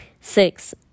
Six